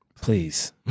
Please